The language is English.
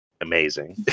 amazing